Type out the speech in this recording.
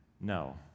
no